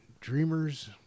dreamers